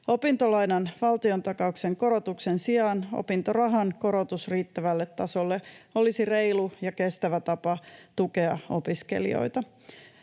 Opintolainan valtiontakauksen korotuksen sijaan opintorahan korotus riittävälle tasolle olisi reilu ja kestävä tapa tukea opiskelijoita.